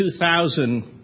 2000